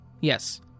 Yes